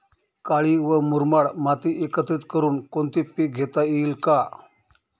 काळी व मुरमाड माती एकत्रित करुन कोणते पीक घेता येईल का?